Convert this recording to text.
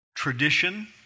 tradition